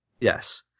Yes